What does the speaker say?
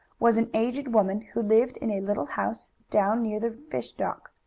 was an aged woman who lived in a little house down near the fish dock.